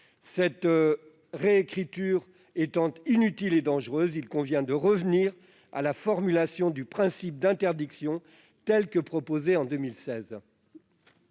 Cette réécriture étant inutile et dangereuse, il convient, j'y insiste, de revenir à la formulation du principe d'interdiction tel que proposé en 2016.